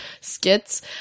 skits